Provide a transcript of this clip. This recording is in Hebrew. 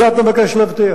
את זה אתה מבקש להבטיח;